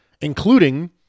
including